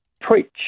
preach